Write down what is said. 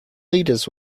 leaders